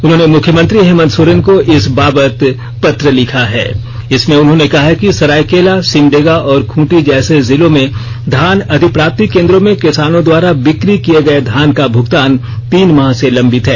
उन्होंने मुख्यमंत्री हेमंत सोरेन को इस बाबत पत्र लिखा है इसमें उन्होंने कहा है कि सरायकेला सिमर्डेगा और खूंटी जैसे जिलों में धान अधिप्राप्ति केंद्रों में किसानों द्वारा बिक्री किए गए धान का भूगतान तीन माह से लम्बित है